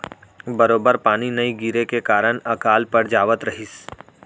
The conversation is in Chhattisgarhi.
बरोबर पानी नइ गिरे के कारन अकाल पड़ जावत रहिस